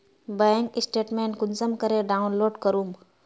Bank statement कुंसम करे download करूम?